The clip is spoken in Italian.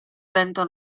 vento